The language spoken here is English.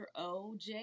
OJ